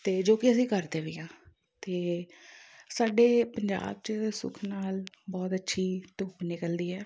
ਅਤੇ ਜੋ ਕਿ ਅਸੀਂ ਕਰਦੇ ਵੀ ਹਾਂ ਅਤੇ ਸਾਡੇ ਪੰਜਾਬ 'ਚ ਸੁੱਖ ਨਾਲ ਬਹੁਤ ਅੱਛੀ ਧੁੱਪ ਨਿਕਲਦੀ ਹੈ